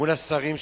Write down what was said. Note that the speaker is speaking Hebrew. מול השרים שלו.